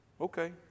Okay